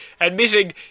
admitting